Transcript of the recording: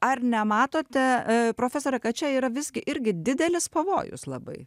ar nematote profesoriau kad čia yra visgi irgi didelis pavojus labai